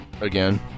Again